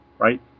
right